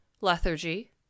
lethargy